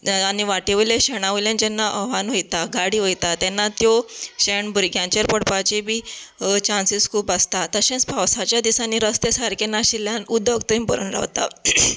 आनी वाटेवयल्या शेणा वयल्यान जेन्ना वाहन वयता गाडी वयता तेन्ना तें शेण भुरग्यांचेर बी पडपाचेर बी चांसीस खूब आसता तशेंच पावसाच्या दिसांनी रस्ते सारके नाशिल्ल्यान उदक थंय भरून रावता